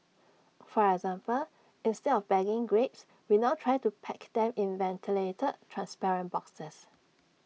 for example instead of bagging grapes we now try to pack them in ventilated transparent boxes